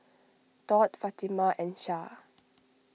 Daud Fatimah and Shah